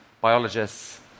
biologists